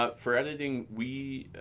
ah for editing, we